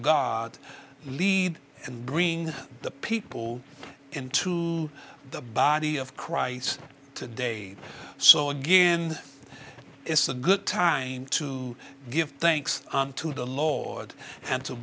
god lead and bring the people into the body of christ to day so again it's a good time to give thanks to the lord